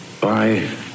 bye